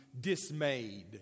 dismayed